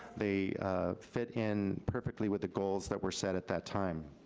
they fit in perfectly with the goals that were set at that time.